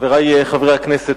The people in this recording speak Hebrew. חברי חברי הכנסת,